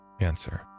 Answer